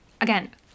Again